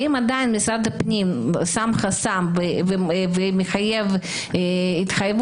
ואם עדיין משרד הפנים שם חסם ומחייב התחייבות,